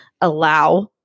allow